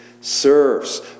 serves